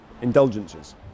Indulgences